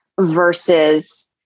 versus